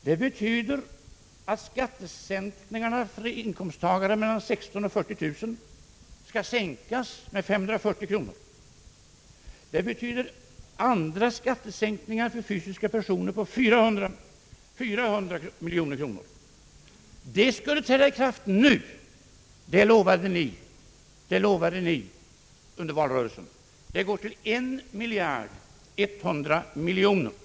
Det betyder att skatterna för inkomsttagare mellan 16 000 och 40 000 kronor skall minskas med 540 miljoner kronor. Det betyder andra skattesänkningar för fysiska personer med 400 miljoner kronor. De skulle träda i kraft nu, det lovade ni under valrörelsen. Det går på 1100 miljoner kronor.